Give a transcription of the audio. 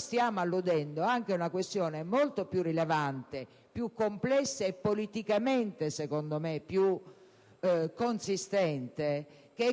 stiamo alludendo anche ad una questione molto più rilevante, più complessa e politicamente, secondo me, più consistente: il fatto